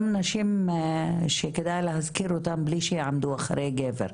נשים שכדאי להזכיר אותן בלי שיעמדו אחרי גבר.